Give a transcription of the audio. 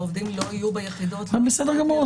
העובדים לא יהיו ביחידות --- בסדר גמור,